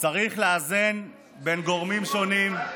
צריך לאזן בין גורמים שונים,